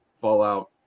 Fallout